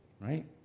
right